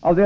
på dessa problem.